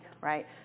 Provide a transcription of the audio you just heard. right